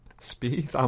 speed